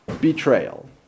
betrayal